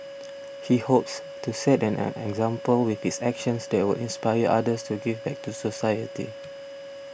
he hopes to set an an example with his actions that will inspire others to give back to society